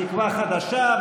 תקווה חדשה,